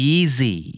Easy